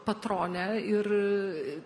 patronę ir